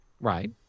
right